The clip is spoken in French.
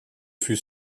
fut